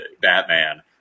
Batman